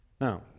Now